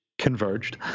converged